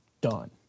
done